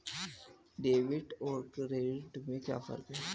Debit और credit में क्या फर्क है?